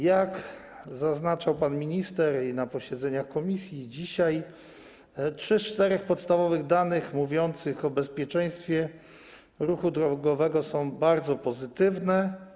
Jak zaznaczał pan minister i na posiedzeniach komisji, i dzisiaj, trzy z czterech podstawowych danych mówiących o bezpieczeństwie ruchu drogowego są bardzo pozytywne.